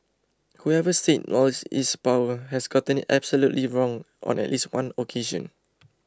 whoever said knowledge is power has gotten absolutely wrong on at least one occasion